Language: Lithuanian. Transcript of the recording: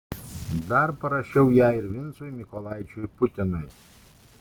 dar parašiau ją ir vincui mykolaičiui putinui